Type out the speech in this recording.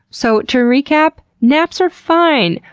so to recap naps are fine!